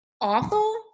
awful